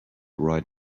right